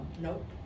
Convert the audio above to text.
Nope